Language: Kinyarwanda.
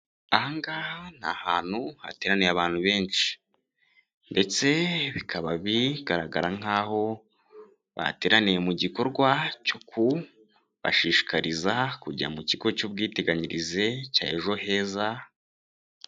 Ahaha ni ahantutu hateraniye abantu benshi ndetse bikaba bigaragara nk'aho bateraniye mu gikorwa cyo kubashishikariza kujya mu kigo cy'ubwiteganyirize cya Ejo Heza.